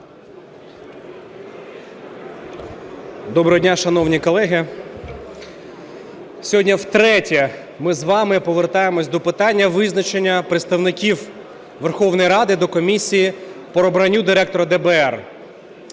Доброго дня, шановні колеги, сьогодні втретє ми з вами повертаємося до питання визначення представників Верховної Ради до комісії по обранню Директора ДБР.